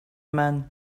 man